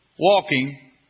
walking